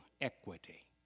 equity